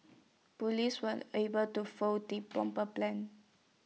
Police were able to foil the bomber's plans